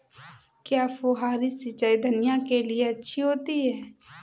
क्या फुहारी सिंचाई धनिया के लिए अच्छी होती है?